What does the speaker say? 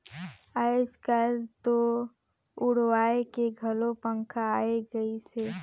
आयज कायल तो उड़वाए के घलो पंखा आये गइस हे